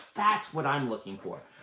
that's what i'm looking for.